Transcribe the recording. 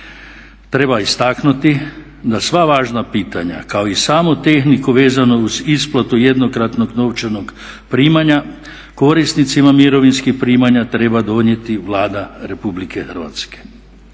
Treba istaknuti da sva važna pitanja kao i samu tehniku vezanu uz isplatu jednokratnog novčanog primanja korisnicima mirovinskih primanja treba donijeti Vlada Republike Hrvatske.